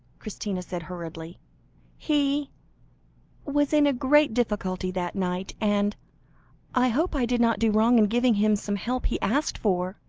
christina said hurriedly he was in a great difficulty that night, and i hope i did not do wrong in giving him some help he asked for?